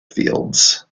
fields